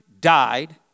died